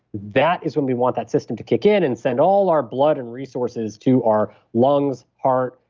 that is when we want that system to kick in and send all our blood and resources to our lungs, heart,